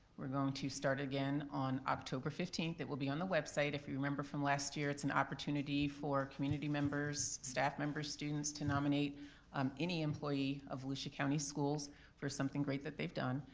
we're going to start again on october fifteenth, it will be on the website if you remember from last year, it's an opportunity for community members, staff members, students to nominate um any employee of volusia county schools for something great that they've done.